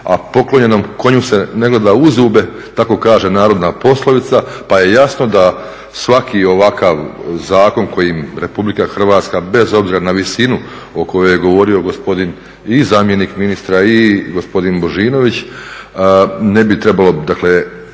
a "poklonjenom konju se ne gleda u zube", tako kaže narodna poslovica pa je jasno da svaki ovakav zakon kojim RH bez obzira na visinu o kojoj je govorio gospodin i zamjenik ministra i gospodin Božinović ne bi trebalo jako